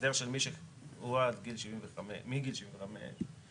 הסדר של מישהו שהוא מגיל 75,